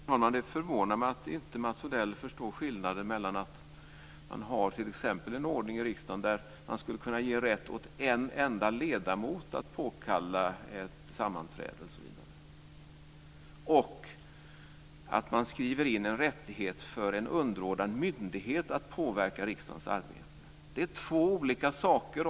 Fru talman! Det förvånar mig att inte Mats Odell förstår skillnaden mellan att man har t.ex. en ordning i riksdagen där man skulle kunna ge rätt till en enda ledamot att påkalla ett sammanträde osv. och att man skriver in en rättighet för en underordnad myndighet att påverka riksdagens arbete. Det är två olika saker.